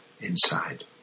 inside